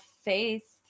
faith